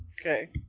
Okay